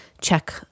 check